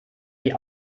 die